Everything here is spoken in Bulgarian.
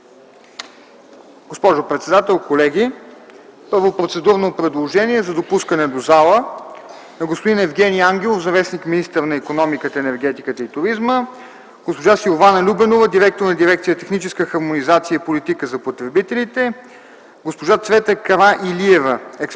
Госпожо председател, колеги! Първо, процедурно предложение за допускане в пленарната зала на: господин Евгени Ангелов – заместник-министър на икономиката, енергетиката и туризма, госпожа Силвана Любенова – директор на дирекция „Техническа хармонизация и политика за потребителите”, госпожа Цвета Караилиева – експерт